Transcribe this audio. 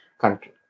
country